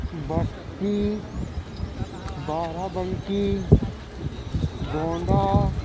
Basti Barabanki Gonda